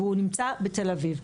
והוא נמצא בתל אביב.